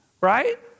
Right